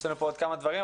יש לנו עוד כמה דברים,